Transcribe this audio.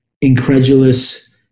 incredulous